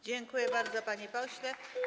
Dziękuję bardzo, panie pośle.